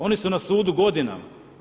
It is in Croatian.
Oni su na sudu godinama.